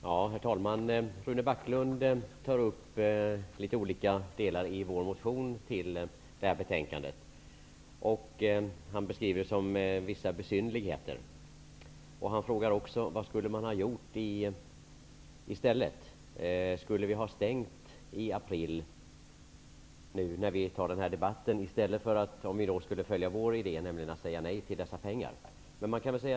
Herr talman! Rune Backlund tar upp litet olika delar i vår motion som behandlas i detta betänkande. Han beskriver det som ''vissa besynnerligheter''. Han frågar också vad man skulle ha gjort i stället. Skulle man ha stängt i april, när vi för den här debatten, om man i stället följer vår idé och säger nej till dessa pengar?